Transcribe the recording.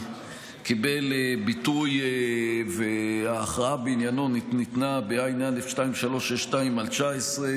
שקיבל ביטוי וההכרעה בעניינו ניתנה בע"א 2362/19,